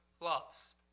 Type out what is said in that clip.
loves